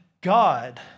God